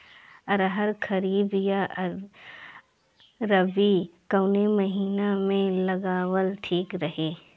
अरहर खरीफ या रबी कवने महीना में लगावल ठीक रही?